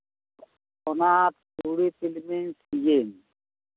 ᱚᱱᱟ ᱛᱩᱲᱤ ᱛᱤᱞᱢᱤᱧ ᱥᱤᱡᱤᱱ